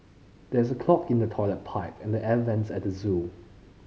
there is a clog in the toilet pipe and the air vents at the zoo